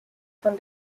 von